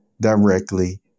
directly